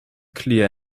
clear